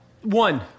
One